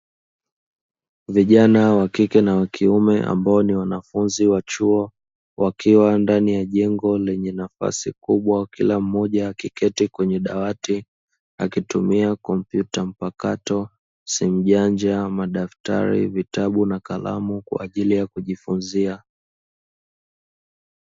Vijana wa kike na wa kiume ambao ni wanafunzi wa chuo, wakiwa ndani ya jengo lenye nafasi kubwa kila mmoja akiketi kwenye dawati akitumia kompyuta mpakato, simu janja, madaftari, vitabu na kalamu kwa ajili ya kujifunzia.